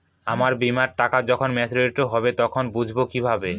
আমার বীমার টাকা যখন মেচিওড হবে তখন বুঝবো কিভাবে?